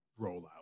rollout